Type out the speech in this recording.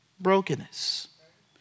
brokenness